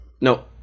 No